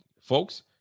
folks